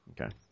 Okay